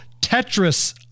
Tetris